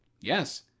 Yes